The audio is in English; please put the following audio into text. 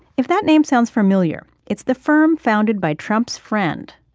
if that name sounds familiar, it's the firm founded by trump's friend,